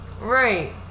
Right